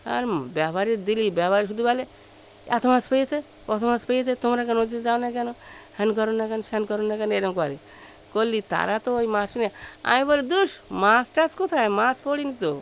আর ব্যাপারীকে দিলে ব্যাপারী শুধু বলে এত মাছ পেয়েছে কত মাছ পেয়েছে তোমরা কেন ওদিকে যাও না কেন হ্যান কর না কেন স্যান কর না কেন এ রকম করে করলে তারা তো ওই মাছ নিয়ে আমি বলি ধুস মাছ টাছ কোথায় মাছ পড়েনি তো